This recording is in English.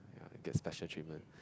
ya get special treatment